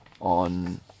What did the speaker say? on